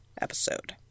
episode